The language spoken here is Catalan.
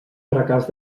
fracàs